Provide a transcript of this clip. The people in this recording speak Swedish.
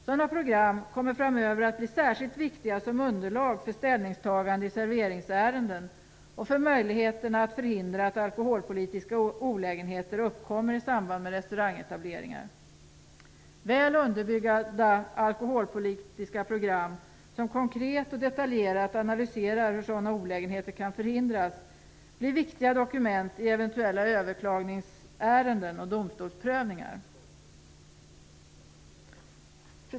Sådana program kommer framöver att bli särskilt viktiga som underlag för ställningstaganden i serveringsärenden och för möjligheterna att förhindra att alkoholpolitiska olägenheter uppkommer i samband med restaurangetableringar. Väl underbyggda alkoholpolitiska program som konkret och detaljerat analyserar hur sådana olägenheter kan förhindras blir viktiga dokument vid eventuella överklagningsärenden och domstolsprövningar. Fru talman!